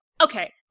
okay